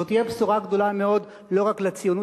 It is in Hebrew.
זו תהיה בשורה גדולה מאוד לא רק לציונות